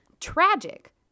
tragic